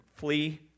Flee